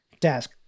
desk